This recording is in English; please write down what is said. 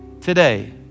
Today